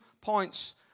points